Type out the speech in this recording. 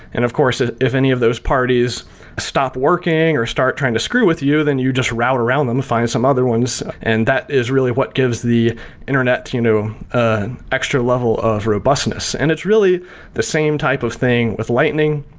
and of course, if if any of those parties stop working or start trying to screw with you, then you just route around them to find some other ones, and that is really what gives the internet you know an extra level of robustness. and it's really the same type of thing with lightning,